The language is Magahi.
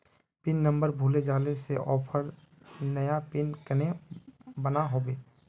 पिन नंबर भूले जाले से ऑफर नया पिन कन्हे बनो होबे?